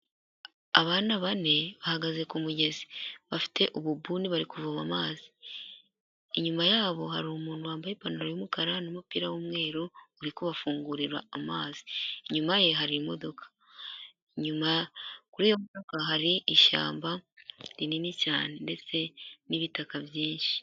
Abana bane bahagaze ku mugezi, bafite ububuni bari kuvoma amazi, inyuma yabo hari umuntu wambaye ipantaro y'umukara n'umupira w'umweru, uri kubafungurira amazi inyuma ye hari imodoka hari ishyamba rinini cyane ndetse n'ibitaka byinshi.